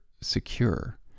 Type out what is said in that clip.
secure